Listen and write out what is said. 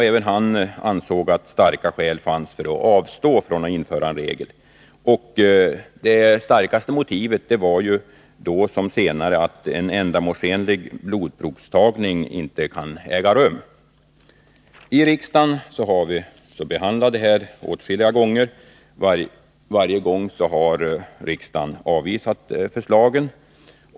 Även han ansåg att starka skäl fanns för att avstå från att införa en promilleregel. Det starkaste motivet, då som senare, var att en ändamålsenlig blodprovstagning inte kunde äga rum. I riksdagen har vi behandlat detta problem åtskilliga gånger, och varje gång har riksdagen avvisat förslagen.